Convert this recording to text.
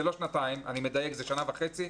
זה לא שנתיים, זה שנה וחצי.